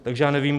Takže já nevím;